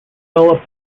developed